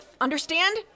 understand